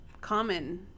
common